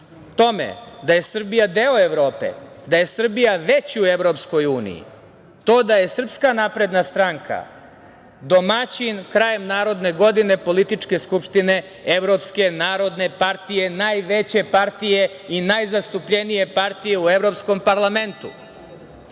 tome da je Srbija deo Evrope, da je Srbija već u EU, to da je SNS domaćin krajem naredne godine Političke skupštine Evropske narodne partije, najveće partije i najzastupljenije partije u Evropskom parlamentu,